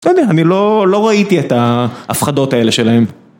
לא יודע, אני לא ראיתי את ההפחדות האלה שלהם.